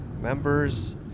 members